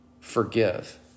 forgive